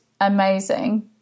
amazing